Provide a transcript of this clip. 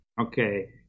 Okay